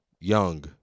Young